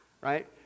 right